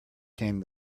came